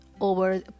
over